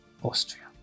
Austria